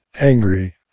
angry